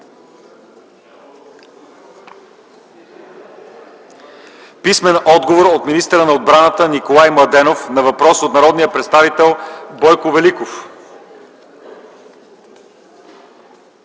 писмен отговор от министъра на отбраната Николай Младенов на въпрос от народния представител Бойко Великов;